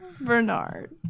Bernard